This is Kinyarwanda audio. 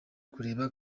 kureba